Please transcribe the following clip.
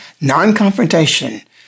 non-confrontation